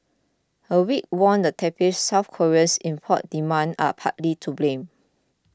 a weak won and tepid South Koreans import demand are partly to blame